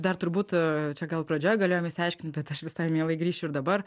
dar turbūt čia gal pradžioj galėjom išsiaiškint bet aš visai mielai grįšiu ir dabar